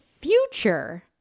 future